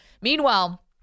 Meanwhile